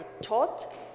taught